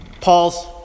Paul's